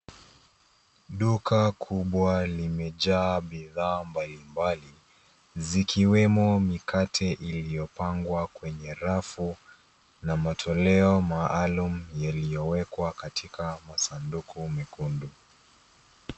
Duka kubwa limejaa bidhaa mbalimbali, zikiwemo mikate iliyopangwa kwenye rafu na matoleo maalum yaliyowekwa katika masanduku mekundu.